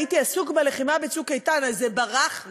הייתי עסוק בלחימה ב"צוק איתן", אז זה ברח לי.